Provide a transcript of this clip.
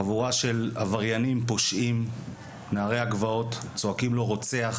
חבורה של עבריינים פושעים נערי הגבעות צועקים לו רוצח,